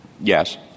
Yes